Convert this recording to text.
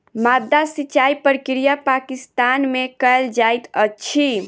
माद्दा सिचाई प्रक्रिया पाकिस्तान में कयल जाइत अछि